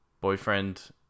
boyfriend